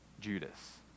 Judas